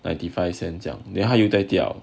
ninety five cents then 这样 then 还在掉